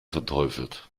verteufelt